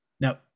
Now